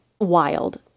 wild